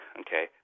okay